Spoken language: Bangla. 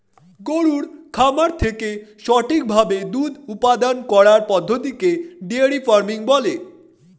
গরুর খামার থেকে সঠিক ভাবে দুধ উপাদান করার পদ্ধতিকে ডেয়ারি ফার্মিং বলে